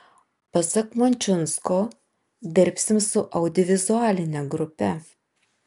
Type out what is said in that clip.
pasak mončiunsko dirbsim su audiovizualine grupe